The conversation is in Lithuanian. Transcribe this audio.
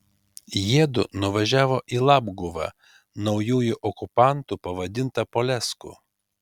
jiedu nuvažiavo į labguvą naujųjų okupantų pavadintą polesku